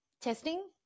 testing